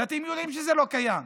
ואתם יודעים שזה לא קיים,